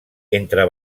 entre